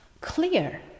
Clear